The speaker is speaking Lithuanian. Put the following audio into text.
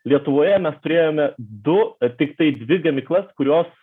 lietuvoje mes turėjome du tiktai dvi gamyklas kurios